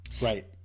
Right